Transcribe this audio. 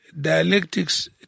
dialectics